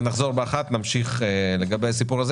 אנחנו נצביע על רשות הטבע והגנים ואז נעדכן אתכם לגבי ההמשך.